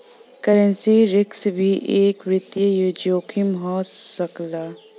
currency risk भी एक वित्तीय जोखिम हो सकला